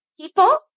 people